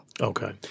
Okay